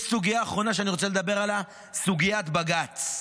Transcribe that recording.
יש סוגיה אחרונה שאני רוצה לדבר עליה: סוגיית בג"ץ.